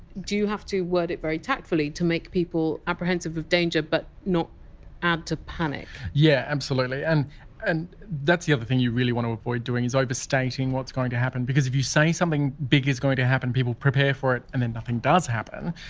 do you have to work it very tactfully to make people apprehensive of danger but not add to panic? yeah absolutely. and and that's the other thing you really want to avoid doing is overstating what's going to happen because if you say something big is going to happen and people prepare for it and then nothing does happen,